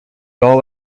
all